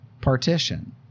partition